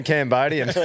Cambodian